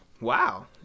Wow